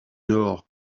nord